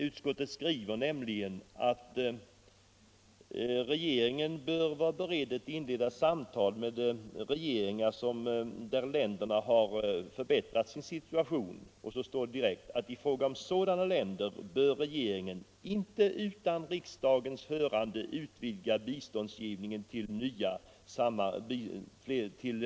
Utskottet skriver nämligen: ”En bestående förbättring kan vara på väg i fråga om vissa mottagarländers utvecklingssituation. Regeringen bör då vara beredd att inleda samtal med vederbörande regeringar angående ett bredare samarbete. I fråga om sådana länder bör regeringen inte utan riksdagens hörande utvidga biståndsgivningen till nya samarbetsområden.